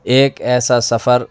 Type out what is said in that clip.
ایک ایسا سفر